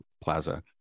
Plaza